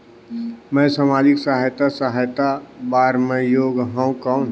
मैं समाजिक सहायता सहायता बार मैं योग हवं कौन?